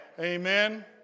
Amen